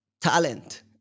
talent